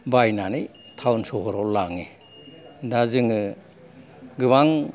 बायनानै टावन सहराव लाङो दा जोङो गोबां